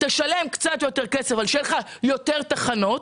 תשלם קצת יותר כסף, אבל שיהיו לך יותר תחנות.